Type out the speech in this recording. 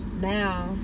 Now